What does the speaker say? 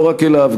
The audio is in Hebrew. לא רק אליו,